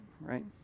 right